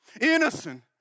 innocent